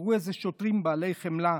תראו איזה שוטרים בעלי חמלה.